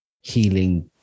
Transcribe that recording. healing